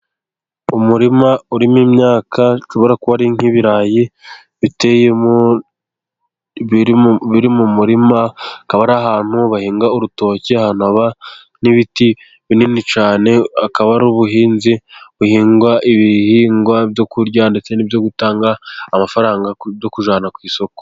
Umurima urimo imyaka ishobora kuba ari nk'ibirayi biteye biri mu murima. Akaba ari ahantu bahinga urutoki hakaba n'ibiti binini cyane, akaba ari ubuhinzi buhingwa ibihingwa byo kurya ndetse n'ibyo gutanga amafaranga byo kujyana ku isoko.